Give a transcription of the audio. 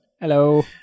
hello